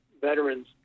veterans